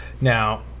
now